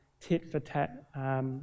tit-for-tat